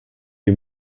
les